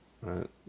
Right